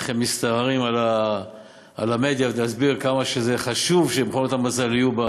איך הם מסתערים על המדיה כדי להסביר כמה זה חשוב שמכונות המזל יהיו,